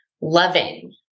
loving